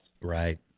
Right